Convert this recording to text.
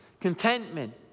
contentment